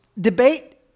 debate